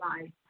life